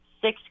six